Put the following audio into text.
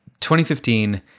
2015